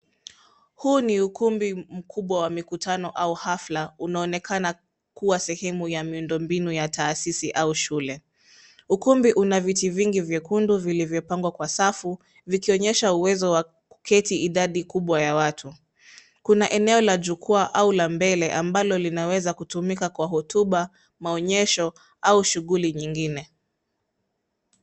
Huu ni ukumbi mkubwa wa mikutano au hafla unaoonekana kuwa sehemu ya miundo mbinu ya taasisi au shule. Ukumbi una viti vingi vyekundu vilivyopangwa kwa safu, vikionyesha uwezo wa kuketi idadi kubwa ya watu. Kuna eneo la jukwaa au la mbele ambalo linaweza kutumika kwa hotuba, maonyesho au shughuli nyingine.